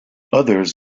others